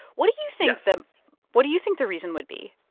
what do you think? so what do you think the reason would be?